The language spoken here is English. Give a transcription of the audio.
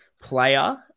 player